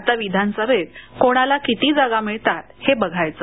आता विधानसभेत कोणालाकिती जागा मिळतात ते बघायचं